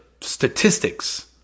statistics